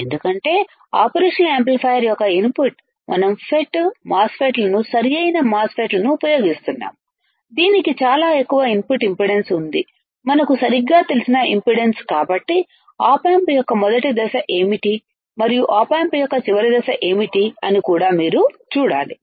ఎందుకంటే operational amplifier యొక్క input మనం ఫెట్మాస్ ఫెట్ లను సరైన మాస్ ఫెట్ లను ఉపయోగిస్తున్నాము దీనికి చాలా ఎక్కువ ఇన్పుట్ ఇంపిడెన్స్ ఉంది మనకు సరిగ్గా తెలిసిన ఇంపిడెన్స్ కాబట్టి ఆప్ ఆంప్ యొక్క మొదటి దశ ఏమిటి మరియు ఆప్ ఆంప్ యొక్క చివరి దశ ఏమిటి అని కూడా మీరు చూడాలి